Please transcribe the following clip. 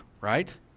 right